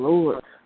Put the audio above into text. Lord